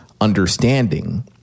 understanding